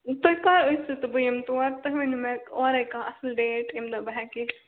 تُہۍ کَر ٲسِو تہٕ بہٕ یِمہٕ تور تُہۍ ؤنو مےٚ اورے کانٛہہ اصٕل ڈیٹ ییٚمہِ دۄہ بہٕ ہیٚکہٕ یِتھ